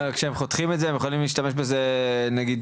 אבל כשהם חותכים את זה הם יכולים להשתמש בזה נגיד,